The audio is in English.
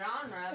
genre